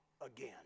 again